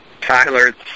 Tyler